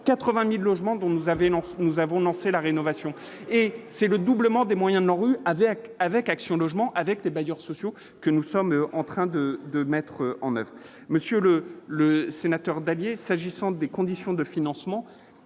80000 logements dont nous avons, nous avons lancé la rénovation et c'est le doublement des moyens de l'ANRU avec avec Action Logement avec des bailleurs sociaux que nous sommes en train de, de mettre en oeuvre, monsieur le le sénateur Dallier s'agissant des conditions de financement,